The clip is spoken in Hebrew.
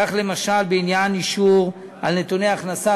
כך, למשל, בעניין אישור על נתוני ההכנסה.